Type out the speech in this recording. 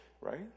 right